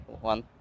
one